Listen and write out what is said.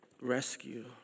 rescue